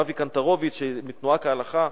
אבי קנטרוביץ מ"תנועה כהלכה",